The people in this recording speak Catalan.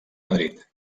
madrid